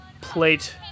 plate